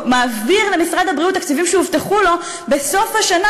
מעביר למשרד הבריאות תקציבים שהובטחו לו בסוף השנה,